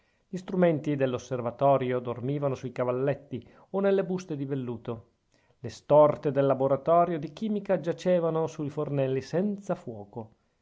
gli strumenti dell'osservatorio dormivano sui cavalletti o nelle buste di velluto le storte del laboratorio di chimica giacevano sui fornelli senza fuoco